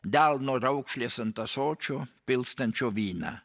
delno raukšlės ant ąsočio pilstančio vyną